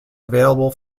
available